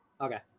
Okay